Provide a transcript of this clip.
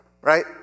right